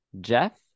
Jeff